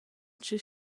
chi